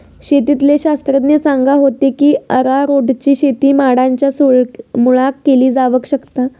शेतीतले शास्त्रज्ञ सांगा होते की अरारोटची शेती माडांच्या मुळाक केली जावक शकता